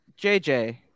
JJ